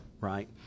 right